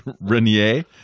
Renier